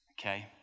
okay